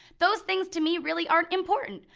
those things to me really aren't important,